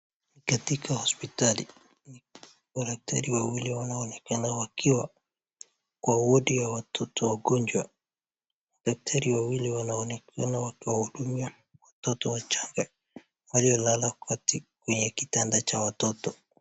Katika hospitali madaktari wawili wanaonekana wakiwa kwa wodi ya watoto wagonjwa, madaktari wawili wanaonekana wakiwa hudumia watoto wachanga waliolala kati kwenye kitanda cha watoto.